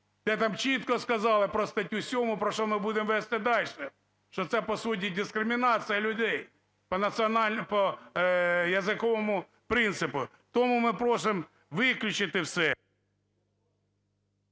де там чітко сказали про статтю 7, про що ми будем вести дальше, що це по суті дискримінація людей по язиковому принципу. Тому ми просим виключити все.